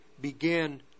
begin